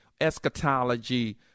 eschatology